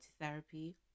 therapy